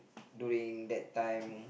during that time